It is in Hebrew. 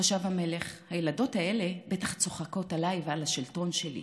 חשב המלך: הילדות האלה בטח צוחקות עליי ועל השלטון שלי.